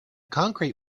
concrete